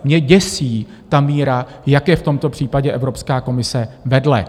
Mě děsí ta míra, jak je v tomto případě Evropská komise vedle.